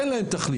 אין להם תחליף.